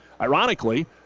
Ironically